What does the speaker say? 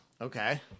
Okay